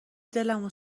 دلمو